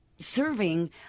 Serving